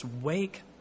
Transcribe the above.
Wake